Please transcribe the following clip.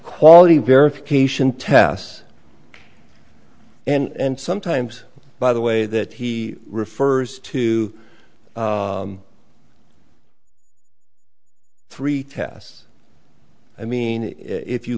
quality verification tests and sometimes by the way that he refers to three tests i mean if you